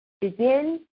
Begin